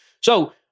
So-